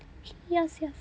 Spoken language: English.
yes yes